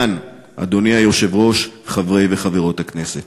כאן, אדוני היושב-ראש, חברי וחברות הכנסת.